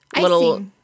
little